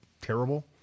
terrible